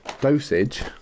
dosage